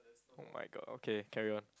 !oh-my-god! okay carry on